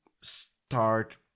start